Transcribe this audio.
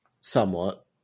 somewhat